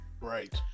Right